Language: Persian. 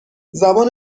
زبان